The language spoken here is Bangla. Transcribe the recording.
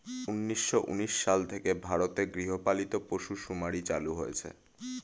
উন্নিশো উনিশ সাল থেকে ভারতে গৃহপালিত পশু শুমারি চালু হয়েছে